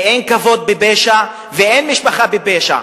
ואין כבוד בפשע ואין משפחה בפשע.